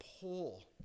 pull